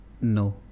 no